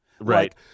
Right